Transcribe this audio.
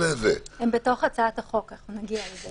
הם בתוך הצעת החוק, אנחנו נגיע לזה.